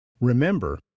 remember